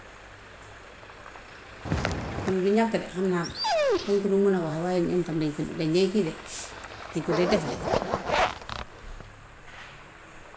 Am na ñuy làkk de. Xam naa dañ ko dul man a wax rekk waaye ñoom tam dañ koy, dañ dee kii de, dañ ko dee def de.